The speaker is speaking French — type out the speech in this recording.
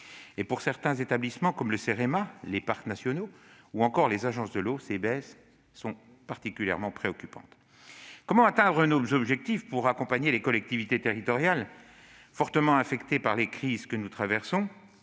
Pour certains établissements comme le Cerema, les parcs nationaux ou les agences de l'eau, ces baisses sont particulièrement préoccupantes. Comment, dans ce contexte, atteindre nos objectifs ? Comment accompagner les collectivités territoriales, qui sont fortement impactées par les crises que nous traversons,